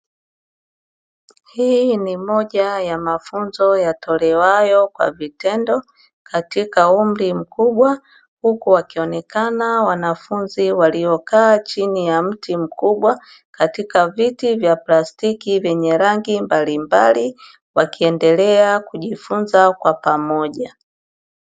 Hii ni moja ya mafunzo yatolewayo kwa vitendo katika umri mkubwa, huku wakionekana wanafunzi waliokaa chini ya mti mkubwa katika viti vya plastiki vyenye rangi mbalimbali wakiendelea kujifunza kwa pamoja.